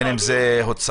בין אם זה עיקולים,